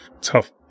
tough